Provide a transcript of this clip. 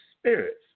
spirits